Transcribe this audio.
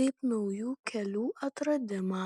kaip naujų kelių atradimą